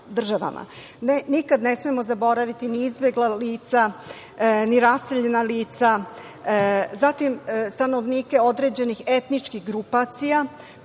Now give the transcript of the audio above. ne smemo zaboraviti ni izbegla lica, ni raseljena lica, zatim stanovnike određenih etničkih grupacija